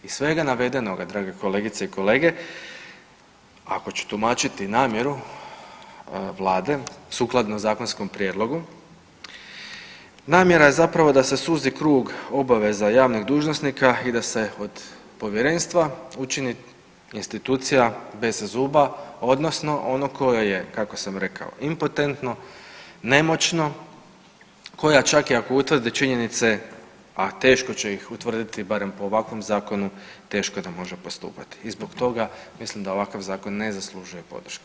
Iz svega navedenoga, drage kolegice i kolege, ako ću tumačiti namjeru Vlade sukladno zakonskom prijedlogu, namjera je zapravo da se suzi krug obaveza javnih dužnosnika i da se od Povjerenstva učini institucija bez zuba odnosno ono koje je, kako sam rekao, impotentno, nemoćno, koja čak i ako utvrdi činjenice, a teško će ih utvrditi, barem po ovakvom zakonu, teško da može postupati i zbog toga mislim da ovakav zakon na zaslužuje podršku.